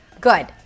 Good